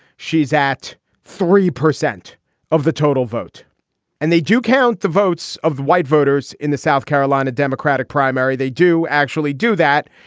she's at three percent of the total vote and they do count the votes of white voters in the south carolina democratic primary. they do actually do that,